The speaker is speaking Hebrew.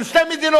של שתי מדינות.